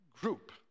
group